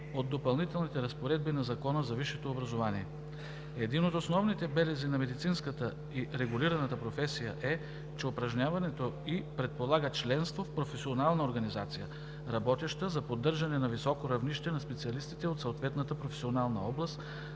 от Допълнителните разпоредби на Закона за висшето образование. Един от основните белези на медицинската и регулираната професия е, че упражняването ѝ предполага членство в професионална организация, работеща за поддържане на високо равнище на специалистите от съответната професионална област,